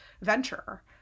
venture